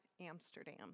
Amsterdam